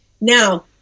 Now